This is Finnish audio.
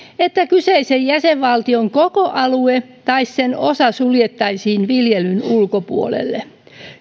että kyseisen jäsenvaltion koko alue tai sen osa suljettaisiin viljelyn ulkopuolelle